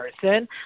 person